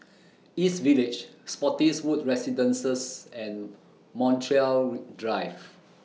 East Village Spottiswoode Residences and Montreal Drive